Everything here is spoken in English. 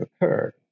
occurred